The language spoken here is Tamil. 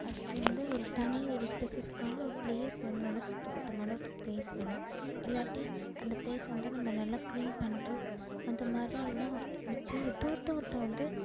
அதுக்கு வந்து ஒரு தனி ஒரு ஸ்பெஸிஃபிக்கான ஒரு ப்ளேஸ் வேணும் நல்ல சுத்தப்பத்தமான ஒரு ப்ளேஸ் வேணும் இல்லாட்டி அந்த ப்ளேசை வந்து நம்ம நல்லா க்ளீன் பண்ணிட்டு அந்த மாதிரியெல்லாம் வெச்சு தோட்டத்தை வந்து